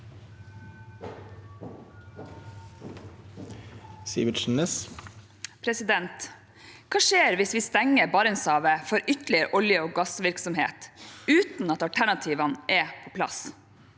Hva skjer hvis vi stenger Barentshavet for ytterligere olje- og gassvirksomhet uten at alternativene er plass